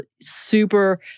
super